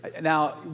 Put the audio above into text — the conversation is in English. Now